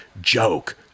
joke